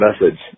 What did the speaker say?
message